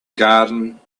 garden